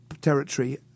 territory